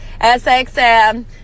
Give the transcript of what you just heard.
SXM